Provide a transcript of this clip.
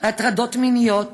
על הטרדות מיניות